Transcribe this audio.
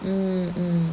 mm mm